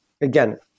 Again